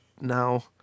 now